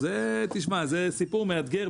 סיפור מאתגר.